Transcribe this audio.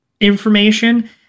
information